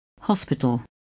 Hospital